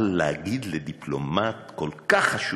אבל להגיד לדיפלומט כל כך חשוב,